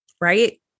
right